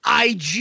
IG